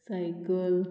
cycle